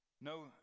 no